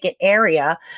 area